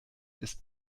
ist